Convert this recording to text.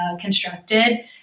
constructed